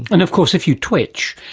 and of course if you twitch,